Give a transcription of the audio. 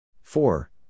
four